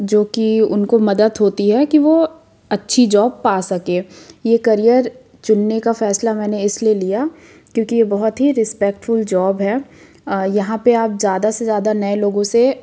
जो कि उनको मदद होती है कि वो अच्छी जॉब पा सके ये करियर चुनने का फैसला मैंने इसलिए लिया क्योंकि यह बहुत ही रिस्पेक्टफुल जॉब है यहाँ पर आप ज़्यादा से ज़्यादा नए लोगों से